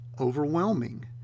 overwhelming